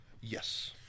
Yes